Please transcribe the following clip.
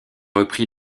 repris